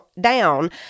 down